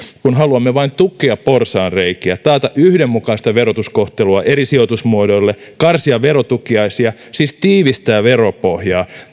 kun haluamme vain tukkia porsaanreikiä taata yhdenmukaista verotuskohtelua eri sijoitusmuodoille karsia verotukiaisia siis tiivistää veropohjaa